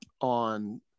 on